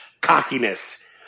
cockiness